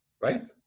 right